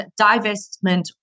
divestment